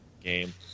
Game